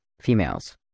females